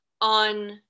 On